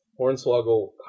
Hornswoggle